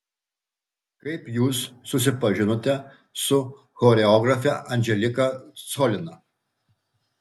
kaip jūs susipažinote su choreografe anželika cholina